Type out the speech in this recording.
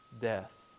death